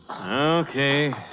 Okay